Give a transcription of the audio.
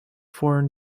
foreign